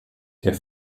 der